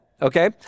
Okay